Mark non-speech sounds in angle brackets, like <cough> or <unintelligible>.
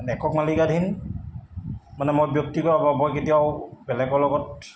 একক মালিকাধীন মানে মই <unintelligible> কেতিয়াও বেলেগৰ লগত